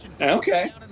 Okay